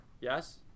Yes